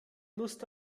lust